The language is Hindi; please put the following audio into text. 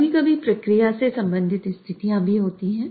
कभी कभी प्रक्रिया से संबंधित स्थितियां भी होती हैं